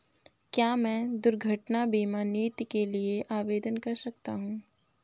क्या मैं दुर्घटना बीमा नीति के लिए आवेदन कर सकता हूँ?